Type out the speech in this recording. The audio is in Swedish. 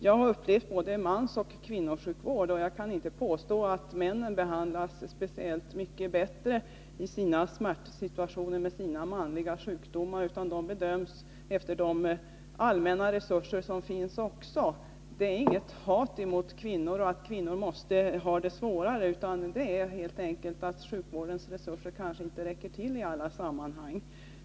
Jag har upplevt både mansoch kvinnosjukvård, och jag kan inte påstå att männen behandlas mycket bättre i sina smärtsituationer med de manliga sjukdomarna, utan de bedöms också efter de allmänna resurser som finns. Det finns inget hat mot kvinnor eller någon uppfattning att kvinnor måste ha det svårare, utan det är helt enkelt sjukvårdens resurser som inte räcker i alla sammanhang.